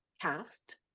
cast